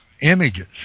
images